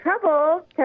trouble